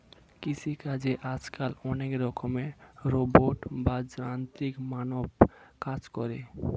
কৃষি চাষে আজকাল অনেক রকমের রোবট বা যান্ত্রিক মানব কাজ করে